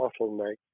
bottleneck